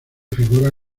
figura